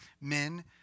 men